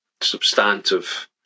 substantive